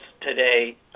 today